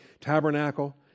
tabernacle